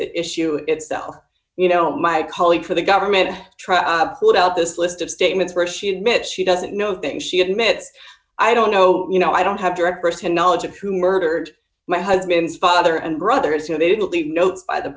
issue itself you know my colleague for the government to try to put out this list of statements where she admits she doesn't know things she admits i don't know you know i don't have direct firsthand knowledge of who murdered my husband's father and brother as you know they didn't leave notes by the